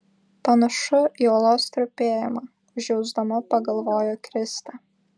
panašu į uolos trupėjimą užjausdama pagalvojo kristė